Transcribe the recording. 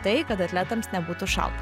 tai kad atletams nebūtų šalta